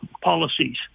policies